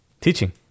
Teaching